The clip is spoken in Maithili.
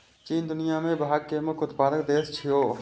चीन दुनिया मे भांग के मुख्य उत्पादक देश छियै